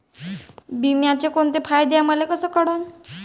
बिम्याचे कुंते फायदे हाय मले कस कळन?